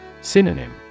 Synonym